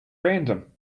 random